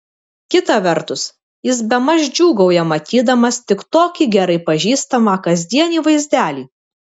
kita vertus jis bemaž džiūgauja matydamas tik tokį gerai pažįstamą kasdienį vaizdelį